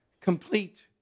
Complete